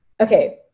Okay